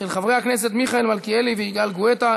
של חברי הכנסת מיכאל מלכיאלי ויגאל גואטה.